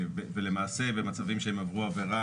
זה אתר אחר שיפורסמו התקנים ואין בהם לוגו רבנות,